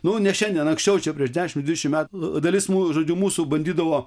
nu ne šiandien anksčiau čia prieš dešimt dvidešimt metų dalis mūsų žodžiu mūsų bandydavo